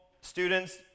students